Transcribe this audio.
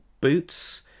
boots